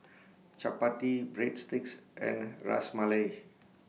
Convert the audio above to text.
Chapati Breadsticks and Ras Malai